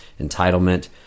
entitlement